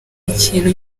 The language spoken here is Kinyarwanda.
ikintu